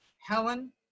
Helen